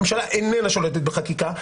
הממשלה איננה שולטת בחקיקה.